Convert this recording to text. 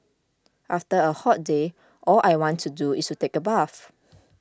after a hot day all I want to do is take a bath